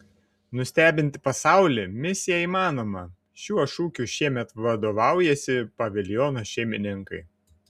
nustebinti pasaulį misija įmanoma šiuo šūkiu šiemet vadovaujasi paviljono šeimininkai